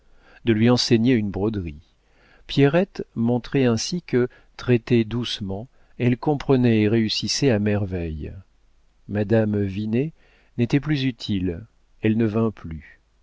de lui enseigner une broderie pierrette montrait ainsi que traitée doucement elle comprenait et réussissait à merveille madame vinet n'était plus utile elle ne vint plus